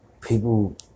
people